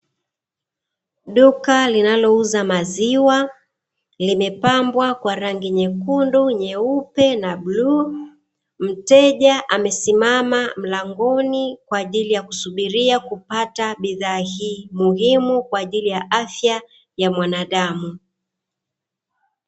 Duka linalouza maziwa limepambwa kwa rangi nyekundu, nyeupe na bluu. Mteja amesimama mlangoni kwa ajili ya kusubira kupata bidhaa hii muhimu kwa ajili ya afya ya mwanadamu.